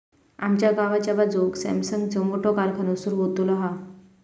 आमच्या गावाच्या बाजूक सॅमसंगचो मोठो कारखानो सुरु होतलो हा